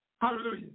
Hallelujah